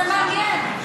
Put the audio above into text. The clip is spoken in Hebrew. נשמע קצת משהו מעניין.